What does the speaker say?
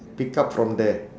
pick up from there